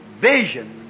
vision